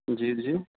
جی جی